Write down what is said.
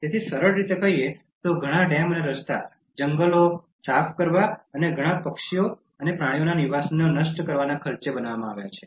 તેથી સરળ રીતે કહીએ તો ઘણા ડેમ અને રસ્તા જંગલો સાફ કરવા અને ઘણા પક્ષીઓ અને પ્રાણીઓના નિવાસને નષ્ટ કરવાના ખર્ચે બનાવવામાં આવ્યા છે